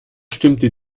stimmte